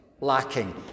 lacking